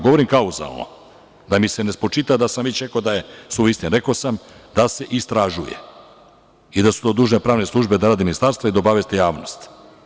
Govorim klauzalno, da mi se ne spočitava da sam već rekao da je suva istina, rekao sam da se istražuje, i da su to dužne pravne službe Ministarstva da rade i da obaveste javnost.